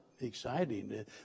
exciting